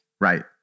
Right